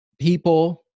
people